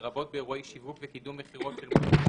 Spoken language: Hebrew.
לרבות באירועי שיווק וקידום מכירות של מוצרים